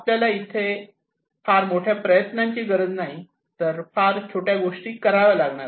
इथे आपल्याला फार मोठ्या प्रयत्नांची गरज नाही तर फार छोट्या गोष्टी कराव्या लागणार आहेत